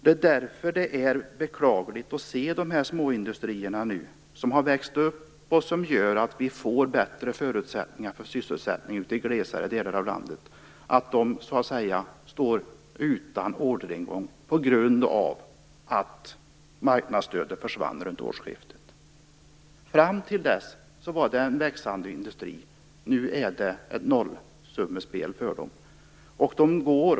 Det är därför som det är beklagligt att se hur situationen är för de småindustrier som har växt upp och som gör att vi får bättre förutsättningar för sysselsättning i glesare delar av landet. De står nu utan orderingång på grund av att marknadsstödet försvann kring årsskiftet. Fram till dess var detta en växande industri. Nu är det ett nollsummespel för dessa företag.